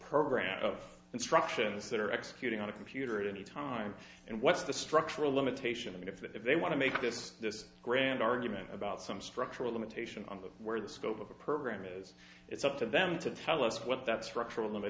program of instructions that are executing on a computer at any time and what's the structural limitation of if they want to make this this grand argument about some structural limitation on them where the scope of the program is it's up to them to tell us what that structural limit